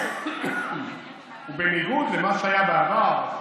ובניגוד למה שהיה בעבר,